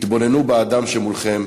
התבוננו באדם שמולכם,